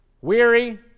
weary